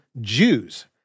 Jews